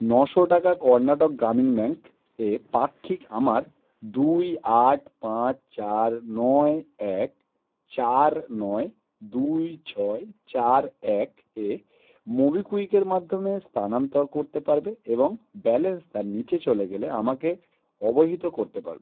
নশো টাকা কর্ণাটক গ্রামীণ ব্যাংকে পাক্ষিক আমার দুই আট পাঁচ চার নয় এক চার নয় দুই ছয় চার এক এ মোবিকুইকের মাধ্যমে স্তানান্তর করতে পারবে এবং ব্যালেন্স তার নিচে চলে গেলে আমাকে অবহিত করতে পারবে